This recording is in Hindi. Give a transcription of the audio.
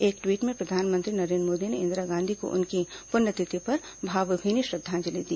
एक प्रधानमंत्री नरेंद्र मोदी ने इंदिरा गांधी को उनकी प्रण्यतिथि पर भावभीनी श्रद्धांजलि दी